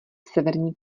severní